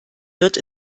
wird